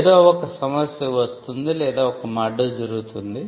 ఏదో ఒక సమస్య వస్తుంది లేదా ఒక మర్డర్ జరుగుతుంది